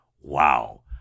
Wow